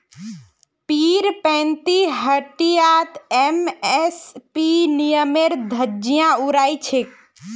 पीरपैंती हटियात एम.एस.पी नियमेर धज्जियां उड़ाई छेक